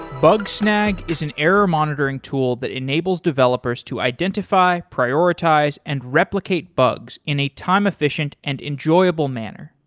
bugsnag is an error monitoring tool that enables developers to identify, prioritize, and replicate bugs in a time efficient and enjoyable manner.